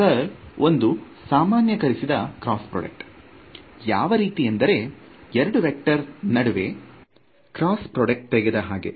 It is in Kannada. ಕರ್ಲ್ ಒಂದು ಸಾಮಾನ್ಯಕರಿಸಿದ ಕ್ರಾಸ್ ಪ್ರೊಡಕ್ಟ್ ಯಾವ ರೀತಿ ಎಂದರೆ 2 ವೇಕ್ಟರ್ ನಡುವೆ ಕ್ರಾಸ್ ಪ್ರಾಡಕ್ಟ್ ತೆಗೆದ ಹಾಗೆ